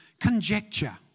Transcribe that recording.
conjecture